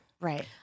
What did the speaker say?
right